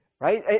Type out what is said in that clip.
right